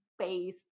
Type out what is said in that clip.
space